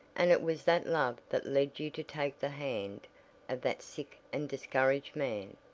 and it was that love that led you to take the hand of that sick and discouraged man.